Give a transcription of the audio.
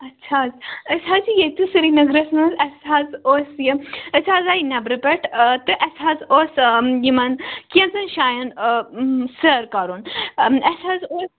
اچھا أسۍ حظ چھِ ییٚتی سِریٖنگرس منٛز اسہِ حظ اوس یہِ أسۍ حظ آے نیٚبرٕ پیٚٹھ آ تہٕ اسہِ حظ اوس آ یِمن کیٚنٛژَھن جایَن آ سٲر کَرُن اسہِ حظ اوس